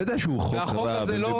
אתה יודע שהוא חוק רע ומבולבל,